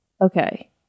okay